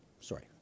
sorry